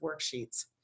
worksheets